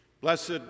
Blessed